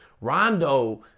Rondo